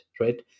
right